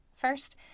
First